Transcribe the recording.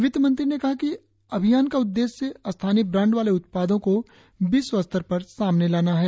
वित्त मंत्री ने कहा कि अभियान का उद्देश्य स्थानीय ब्रांड वाले उत्पादों को विश्व स्तर पर सामने लाना है